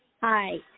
Hi